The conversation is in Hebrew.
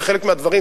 וחלק מהדברים,